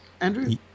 andrew